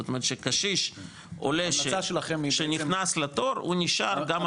זאת אומרת שקשיש שנכנס לתור הוא נשאר גם אחרי 15 שנה.